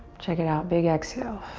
check it out, big exhale.